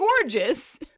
gorgeous